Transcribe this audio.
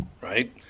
right